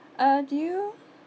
uh do you